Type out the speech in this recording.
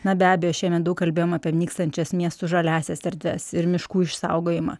na be abejo šiemet daug kalbėjom apie nykstančias miestų žaliąsias erdves ir miškų išsaugojimą